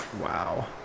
Wow